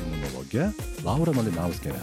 imunologe laura malinauskiene